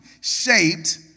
shaped